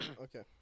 Okay